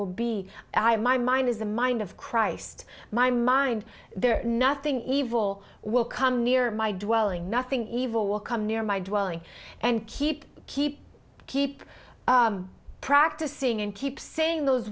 will be my mind is the mind of christ my mind there nothing evil will come near my do nothing evil will come near my dwelling and keep keep keep practicing and keep saying those